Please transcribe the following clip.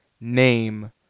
name